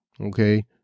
okay